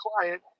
client